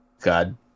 God